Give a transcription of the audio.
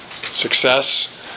Success